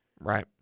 Right